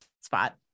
spot